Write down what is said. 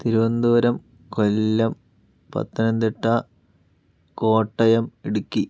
Thiruvananthapuram Kollam Pathanamthitta Kottayam Idukki